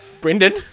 Brendan